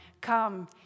Come